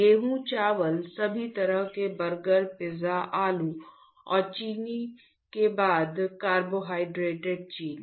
गेहूं चावल सभी तरह के बर्गर पिज्जा आलू और चीनी के बाद कार्बोहाइड्रेट चीनी